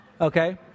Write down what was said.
okay